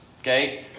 okay